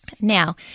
Now